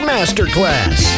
Masterclass